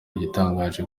igitangaje